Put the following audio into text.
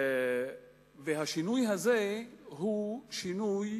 השינוי הזה הוא שינוי